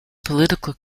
political